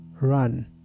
run